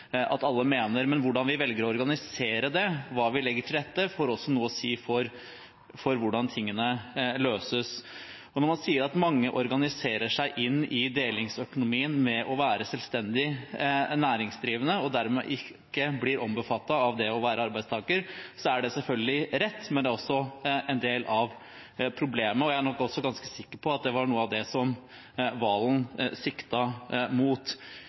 at alle mener, men hvordan vi velger å organisere det, hva vi legger til rette for, får også noe å si for hvordan tingene løses. Og når man sier at mange organiserer seg inn i delingsøkonomien ved å være selvstendig næringsdrivende, og dermed ikke blir omfattet av det å være arbeidstaker, er det selvfølgelig rett, men det er også en del av problemet. Jeg er nok også ganske sikker på at det var noe av det som Serigstad Valen